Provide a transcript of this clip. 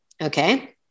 Okay